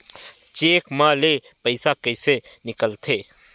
Cheque म ले पईसा कइसे निकलथे?